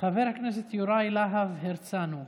חבר הכנסת יוראי להב הרצנו,